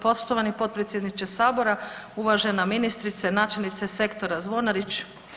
Poštovani potpredsjedniče Sabora, uvažena ministrice, načelnice Sektora Zvonarić.